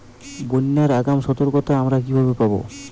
বন্যার আগাম সতর্কতা আমরা কিভাবে পাবো?